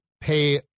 pay